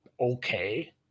okay